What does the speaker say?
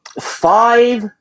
five